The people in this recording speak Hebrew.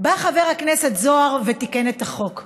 בא חבר הכנסת זוהר ותיקן את החוק,